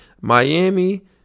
Miami